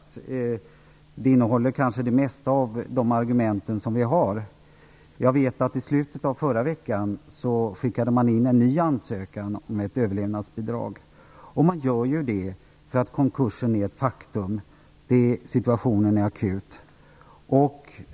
Det hon sade innehåller kanske de flesta av de argument som vi har. Jag vet att man i slutet av förra veckan skickade in en ny ansökan om överlevnadsbidrag. Man gör ju det, därför att konkursen är ett faktum. Situationen är akut.